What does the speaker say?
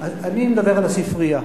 אני מדבר על הספרייה.